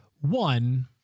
One